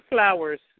Flowers